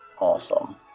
Awesome